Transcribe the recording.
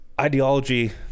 ideology